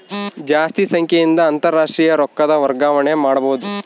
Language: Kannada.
ಜಾಸ್ತಿ ಸಂಖ್ಯೆಯಿಂದ ಅಂತಾರಾಷ್ಟ್ರೀಯ ರೊಕ್ಕದ ವರ್ಗಾವಣೆ ಮಾಡಬೊದು